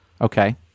Okay